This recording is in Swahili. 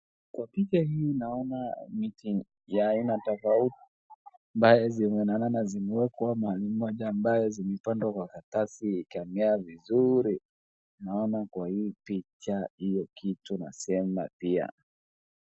Kwa picha hii naona miti ya aina tofauti ambayo zimenanana zimewekwa mahali moja ambayo zimepandwa kwa karatasi zikamea vizuri. Naona kwa hii picha hiyo kitu nasema pia.